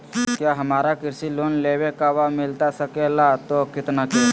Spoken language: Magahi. क्या हमारा कृषि लोन लेवे का बा मिलता सके ला तो कितना के?